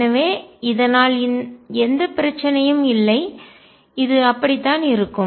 எனவே இதனால் எந்த பிரச்சனையும் இல்லை இது அப்படித்தான் இருக்கும்